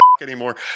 anymore